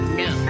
no